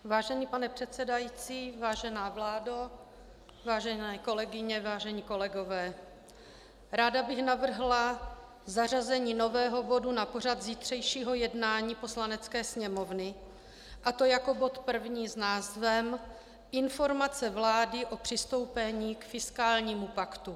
Vážený pane předsedající, vážená vláda, vážené kolegyně, vážení kolegové, ráda bych navrhla zařazení nového bodu na pořad zítřejšího jednání Poslanecké sněmovny, a to jako bod první s názvem Informace vlády o přistoupení k fiskálnímu paktu.